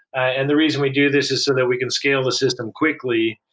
and the reason we do this is so that we can scale the system quickly.